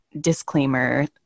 disclaimer